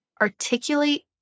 articulate